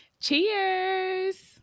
Cheers